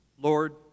Lord